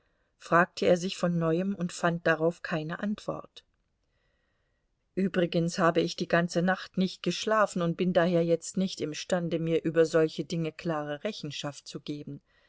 fragte er sich von neuem und fand darauf keine antwort übrigens habe ich die ganze nacht nicht geschlafen und bin daher jetzt nicht imstande mir über solche dinge klare rechenschaft zu geben